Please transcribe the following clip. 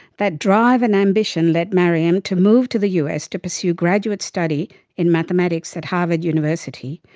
that drive and ambition led maryam to move to the us to pursue graduate study in mathematics at harvard university,